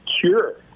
cure